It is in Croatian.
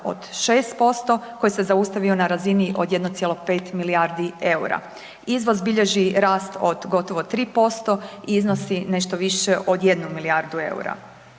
od 6% koji se zaustavio na razini od 1,5 milijardi eura. Izvoz bilježi rast od gotovo 3% i iznosi nešto više od 1 milijardu eura.